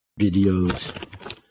videos